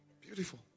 Beautiful